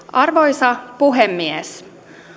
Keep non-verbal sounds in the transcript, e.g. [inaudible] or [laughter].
[unintelligible] arvoisa puhemies